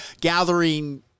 gathering